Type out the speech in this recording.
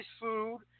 food